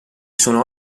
sono